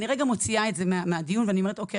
אני רגע מוציאה את זה מהדיון ואומרת: אוקי,